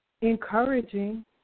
encouraging